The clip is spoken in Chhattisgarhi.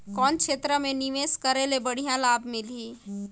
कौन क्षेत्र मे निवेश करे ले बढ़िया लाभ मिलही?